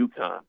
UConn